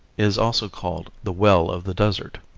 is also called the well of the desert.